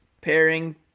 pairing